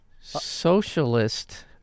socialist